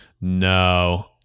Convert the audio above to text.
no